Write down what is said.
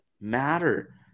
matter